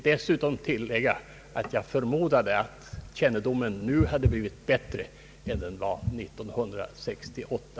Dessutom förmodar jag att den kännedomen nu blivit bättre än den var 1968.